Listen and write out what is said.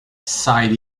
sighed